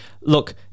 Look